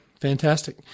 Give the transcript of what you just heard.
Fantastic